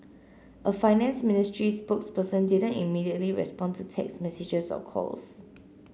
a finance ministry spokesperson didn't immediately respond to text messages or calls